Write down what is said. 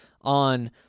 on